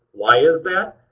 why is that?